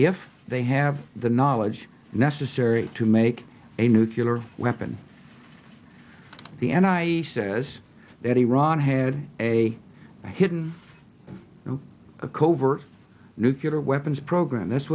if they have the knowledge necessary to make a nucular weapon the and i says that iran had a hidden a covert nuclear weapons program that's